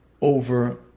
over